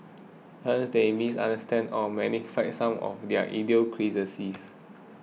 we misunderstand or magnify some of their idiosyncrasies